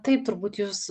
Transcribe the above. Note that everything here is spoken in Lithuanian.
taip turbūt jūs